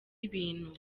ibintu